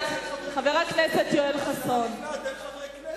חבר הכנסת דוד אזולאי.